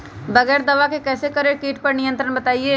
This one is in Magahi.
बगैर दवा के कैसे करें कीट पर नियंत्रण बताइए?